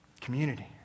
community